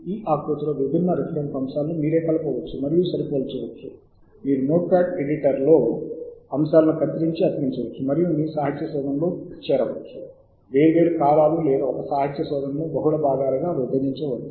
మీరు కలపాలనుకుంటున్న వివిధ బిబ్ ఫైళ్ళ నుండి వేర్వేరు గ్రంథ అంశాలను స్ప్లిట్ చేసి కట్ చేసి పేస్ట్ చేయడానికి మీరు నోట్ప్యాడ్ను కూడా ఉపయోగించవచ్చు